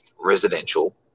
residential